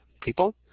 people